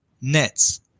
nets